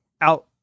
out